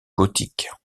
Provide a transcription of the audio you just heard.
gothique